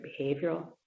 behavioral